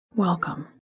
Welcome